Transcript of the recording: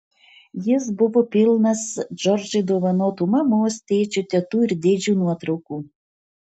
jis buvo pilnas džordžui dovanotų mamos tėčio tetų ir dėdžių nuotraukų